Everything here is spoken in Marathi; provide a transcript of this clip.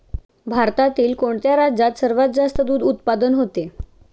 भारतातील कोणत्या राज्यात सर्वात जास्त दूध उत्पादन होते?